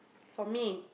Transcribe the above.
for me